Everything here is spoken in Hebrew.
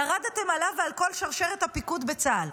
ירדתם עליו ועל כל שרשרת הפיקוד בצה"ל.